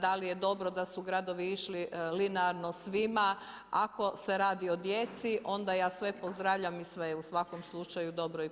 Da li je dobro da su gradovi išli linearno svima, ako se radi o djeci, onda ja sve pozdravljam i sve u svakom slučaju dobro i pozitivno.